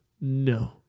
No